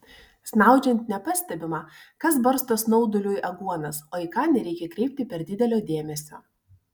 snaudžiant nepastebima kas barsto snauduliui aguonas o į ką nereikia kreipti per didelio dėmesio